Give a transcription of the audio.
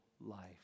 life